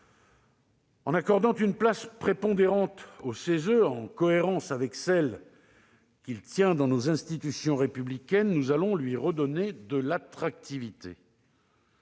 En accordant une place prépondérante au CESE, en cohérence avec celle qu'il tient dans nos institutions républicaines, nous allons lui redonner de l'attractivité.